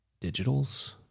Digitals